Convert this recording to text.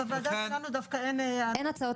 בוועדה אצלינו דווקא אין --- אין הצעות